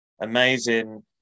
amazing